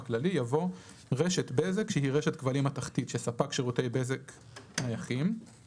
כללי" יבוא "רשת בזק שהיא רשת כבלים מתכתית שספק שירותי בזק נייחים";